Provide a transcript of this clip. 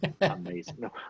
amazing